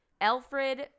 Alfred